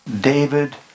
David